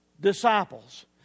disciples